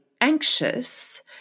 anxious